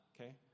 okay